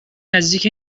نزدیک